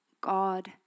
God